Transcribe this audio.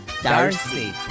Darcy